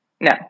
no